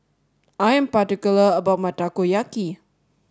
I am particular about my Takoyaki